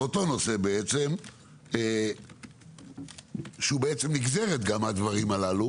שהוא גם נגזרת מהדברים הללו,